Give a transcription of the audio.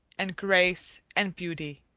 and grace, and beauty,